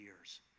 years